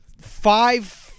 five